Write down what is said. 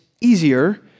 easier